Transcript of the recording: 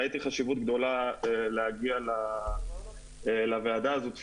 ראיתי חשיבות גדולה להגיע לוועדה הזאת פיזית.